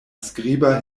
skriba